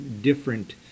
different